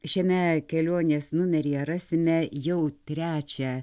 šiame kelionės numeryje rasime jau trečią